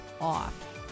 off